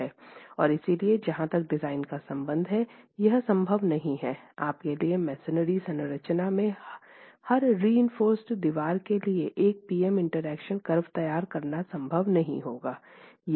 और इसलिए जहां तक डिज़ाइन का संबंध है यह संभव नहीं है आप के लिए मसोनरी संरचना में हर रिइंफोर्स दीवार के लिए एक पी एम इंटरैक्शन कर्व तैयार करना संभव नहीं होगा